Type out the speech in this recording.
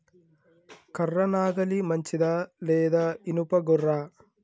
కర్ర నాగలి మంచిదా లేదా? ఇనుప గొర్ర?